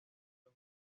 los